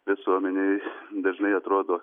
visuomenei dažnai atrodo